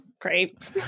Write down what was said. Great